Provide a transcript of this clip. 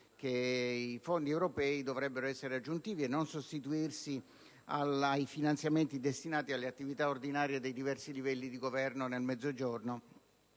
che i fondi europei dovrebbero essere aggiuntivi e non sostitutivi dei finanziamenti destinati alle attività ordinarie dei diversi livelli di governo nel Mezzogiorno.